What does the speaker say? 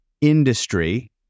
industry